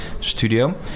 studio